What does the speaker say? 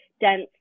dense